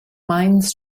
mines